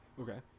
Okay